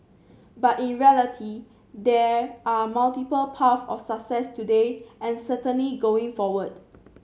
but in reality there are multiple paths of success today and certainly going forward